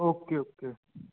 okay okay